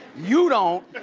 you don't!